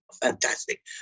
Fantastic